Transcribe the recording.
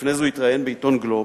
לפני זה הוא התראיין בעיתון "גלובס",